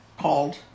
called